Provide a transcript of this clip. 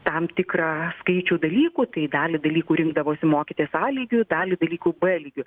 tam tikrą skaičių dalykų tai dalį dalykų rinkdavosi mokytis a lygiu dalį dalykų b lygiu